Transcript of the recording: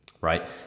right